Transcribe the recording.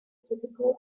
typical